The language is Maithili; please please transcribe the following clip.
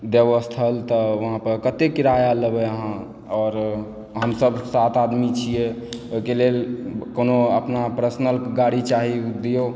देवस्थल तऽ वहाँपर कतेक किराया लेबय अहाँ आओर हमसभ सात आदमी छियै ओहिके लेल अपना कोनो पर्सनल गाड़ी चाही दिऔ